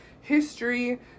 history